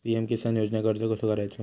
PM किसान योजनेक अर्ज कसो करायचो?